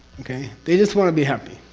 okay? they just want to be happy.